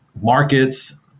markets